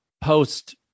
post